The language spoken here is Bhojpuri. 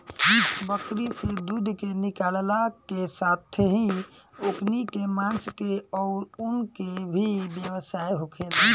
बकरी से दूध के निकालला के साथेही ओकनी के मांस के आउर ऊन के भी व्यवसाय होखेला